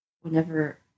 Whenever